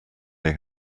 they